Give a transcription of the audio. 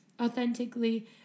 authentically